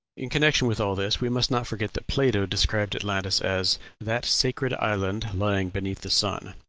in connection with all this we must not forget that plato described atlantis as that sacred island lying beneath the sun.